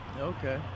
Okay